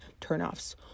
turnoffs